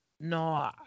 no